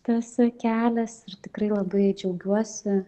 tas kelias ir tikrai labai džiaugiuosi